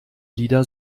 lieder